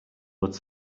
but